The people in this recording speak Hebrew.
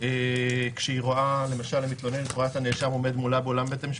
מקובל עליי שאם התובע מביע התנגדות,